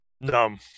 numb